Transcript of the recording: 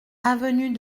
avenue